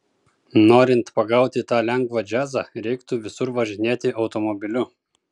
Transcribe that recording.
norint pagauti tą lengvą džiazą reiktų visur važinėti automobiliu